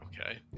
Okay